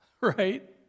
right